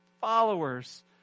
followers